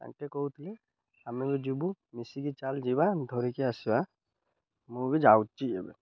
ତାଙ୍କେ କହୁଥିଲେ ଆମେ ବି ଯିବୁ ମିଶିକି ଚାଲ ଯିବା ଧରିକି ଆସିବା ମୁଁ ବି ଯାଉଛି ଏବେ